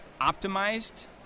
optimized